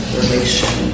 relation